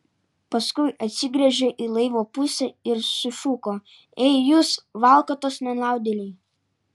paskui atsigręžė į laivo pusę ir sušuko ei jūs valkatos nenaudėliai